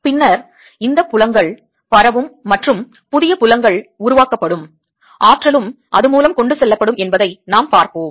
பின்னர் இந்த புலங்கள் பரவும் மற்றும் புதிய புலங்கள் உருவாக்கப்படும் ஆற்றலும் அது மூலம் கொண்டு செல்லப்படும் என்பதை நாம் பார்ப்போம்